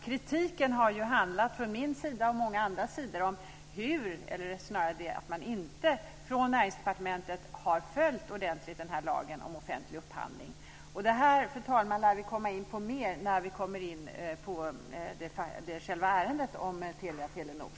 Kritiken från min sida, och från många andra, har snarare handlat om att man från Näringsdepartementet inte ordentligt har följt lagen om offentlig upphandling. Det här, fru talman, lär vi komma in på mer när vi kommer till själva ärendet om Telia-Telenor.